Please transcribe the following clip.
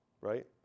right